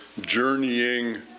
journeying